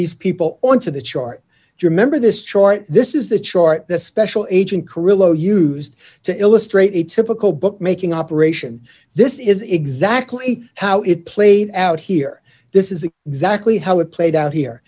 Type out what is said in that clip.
these people on to the chart your member this short this is the chart that special agent carrillo used to illustrate a typical bookmaking operation this is exactly how it played out here this is exactly how it played out here